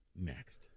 next